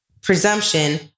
presumption